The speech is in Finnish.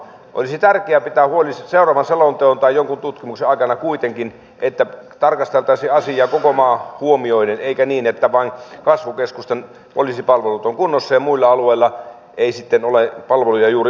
olisi kuitenkin tärkeää pitää huoli seuraavan selonteon tai jonkun tutkimuksen aikana että tarkasteltaisiin asiaa koko maa huomioiden eikä niin että vain kasvukeskusten poliisipalvelut ovat kunnossa ja muilla alueilla ei sitten ole palveluja juuri ollenkaan